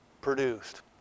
produced